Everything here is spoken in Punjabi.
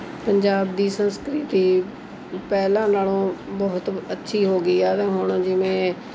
ਪੰਜਾਬ ਦੀ ਸੰਸਕ੍ਰਿਤੀ ਪਹਿਲਾਂ ਨਾਲੋਂ ਬਹੁਤ ਅੱਛੀ ਹੋ ਗਈ ਹੈ ਅਤੇ ਹੁਣ ਜਿਵੇਂ